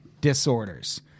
disorders